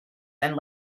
and